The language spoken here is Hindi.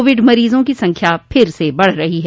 कोविड मरीजों की संख्या फिर से बढ़ रही है